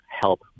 help